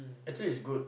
actually it's good